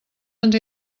ens